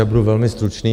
Já budu velmi stručný.